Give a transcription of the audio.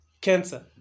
cancer